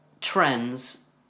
trends